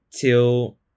till